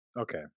Okay